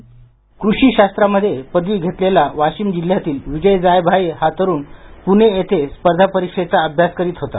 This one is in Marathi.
स्क्रिप्ट कृषी शास्त्रामध्ये पदवी घेतलेला वाशिम जिल्ह्यातील विजय जायभाये हा तरुण पुणे येथे स्पर्धा परीक्षेचा अभ्यास करीत होता